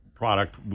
product